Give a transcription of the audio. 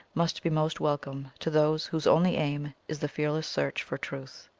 must be most welcome to those whose only aim is the fearless search for truth.